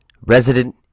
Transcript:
Resident